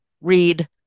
read